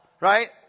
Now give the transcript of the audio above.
right